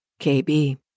KB